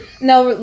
No